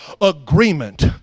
agreement